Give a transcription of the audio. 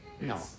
No